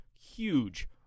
huge